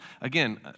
again